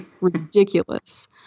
ridiculous